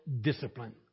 discipline